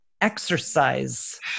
exercise